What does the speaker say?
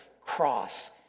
cross